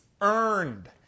earned